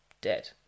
dead